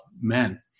men